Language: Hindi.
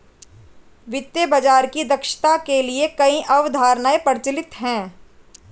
वित्तीय बाजार की दक्षता के लिए कई अवधारणाएं प्रचलित है